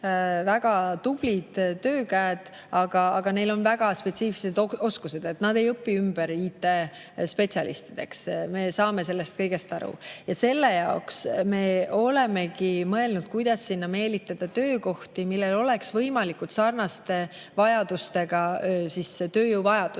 väga tublid töökäed, aga neil on väga spetsiifilised oskused, nad ei õpi ümber IT-spetsialistideks. Me saame sellest kõigest aru. Selle jaoks me olemegi mõelnud, kuidas sinna meelitada töökohti, kus vajataks võimalikult sarnaste oskustega tööjõudu.